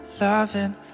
loving